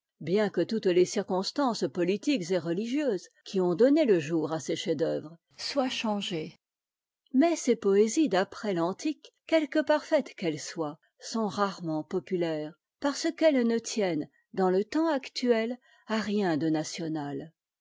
bien que toutes les circonstances politiques et religieuses qui ont donné le jour à ces chefs-d'œuvre soient changées mais ces poésies d'après l'antique quelque pàrfaites qu'elles soient sont rarement populaires parce qu'elles ne tiennent dans le temps actuel à rien de national